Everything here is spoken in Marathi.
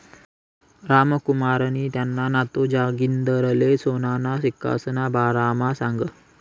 रामकुमारनी त्याना नातू जागिंदरले सोनाना सिक्कासना बारामा सांगं